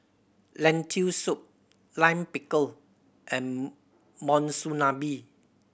Lentil Soup Lime Pickle and Monsunabe